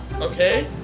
Okay